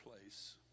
place